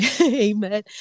amen